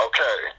Okay